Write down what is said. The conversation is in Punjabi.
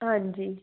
ਹਾਂਜੀ